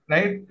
Right